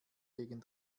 gegen